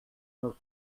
nos